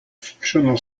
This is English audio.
fictional